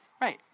Right